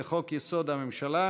נתקבלה.